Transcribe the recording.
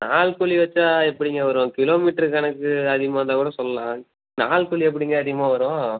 நாள் கூலி வச்சா எப்படிங்க வரும் கிலோ மீட்டரு கணக்கு அதிகமாக இருந்தால் கூட சொல்லாம் நாள் கூலி எப்படிங்க அதிகமாக வரும்